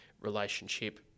relationship